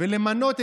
לה מותר לעשות את